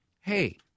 hey